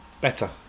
better